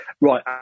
right